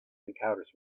encounters